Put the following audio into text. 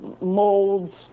molds